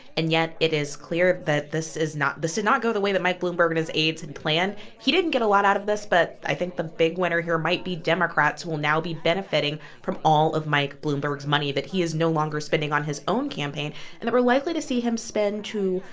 and yet, it is clear that this is not this did not go the way that mike bloomberg and his aides had planned he didn't get a lot out of this, but i think the big winner here might be democrats will now be benefiting from all of mike bloomberg's money that he is no longer spending on his own campaign and that we're likely to see him spend to,